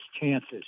chances